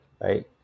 Right